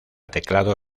teclado